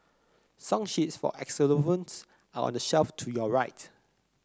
song sheets for xylophones are on the shelf to your right